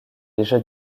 déjà